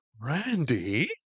Randy